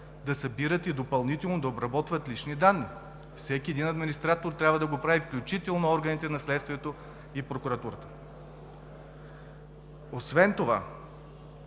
да събират и допълнително да обработват лични данни. Всеки един администратор трябва да го прави, включително органите на следствието и прокуратурата. Освен това,